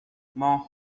ماه